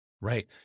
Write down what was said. right